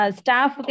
staff